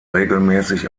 regelmäßig